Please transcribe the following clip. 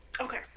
Okay